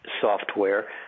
software